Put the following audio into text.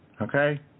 Okay